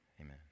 amen